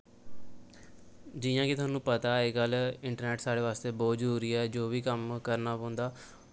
जि'यां कि थुआनू पता ऐ अजकल इंटरनेट साढ़े आस्तै बोह्त जरूरी ऐ जो बी कम्म करना पौंदा